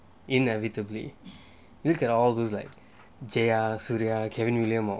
inevitably look at all those like J_R suria kevin william or